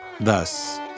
Thus